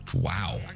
wow